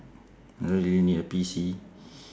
don't really need a P_C